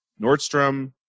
Nordstrom